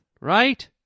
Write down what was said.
Right